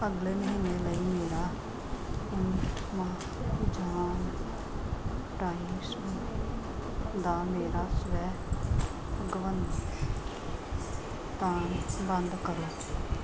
ਅਗਲੇ ਮਹੀਨੇ ਲਈ ਮੇਰਾ ਐਮਾਜ਼ਾਨ ਪ੍ਰਾਈਮ ਦਾ ਮੇਰਾ ਸਵੈ ਭੁਗਤਾਨ ਬੰਦ ਕਰੋ